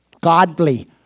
godly